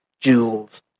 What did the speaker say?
jewels